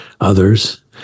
others